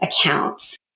accounts